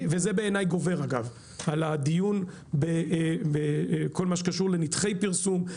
זה בעיני גובר על הדיון בכל מה שקשור לנתחי פרסום,